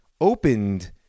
opened